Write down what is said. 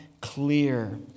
clear